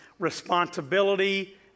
Responsibility